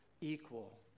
equal